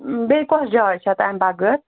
بیٚیہِ کۄس جاے چھےٚ تمہِ بَغٲر